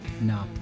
No